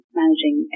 managing